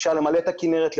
אפשר למלא את הכינרת,